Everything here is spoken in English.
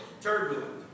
Turbulent